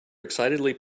excitedly